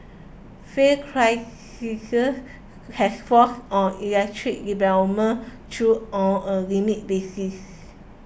Fiat has forced on electric through on a limited basis